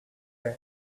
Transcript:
bag